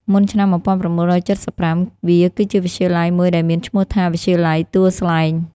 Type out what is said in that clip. មុនឆ្នាំ១៩៧៥ វាគឺជាវិទ្យាល័យមួយដែលមានឈ្មោះថា វិទ្យាល័យទួលស្លែង។